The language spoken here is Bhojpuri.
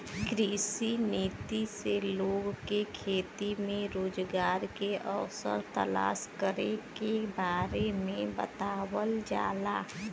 कृषि नीति से लोग के खेती में रोजगार के अवसर तलाश करे के बारे में बतावल जाला